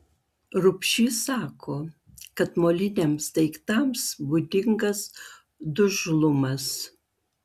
rubšys sako kad moliniams daiktams būdingas dužlumas